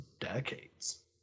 decades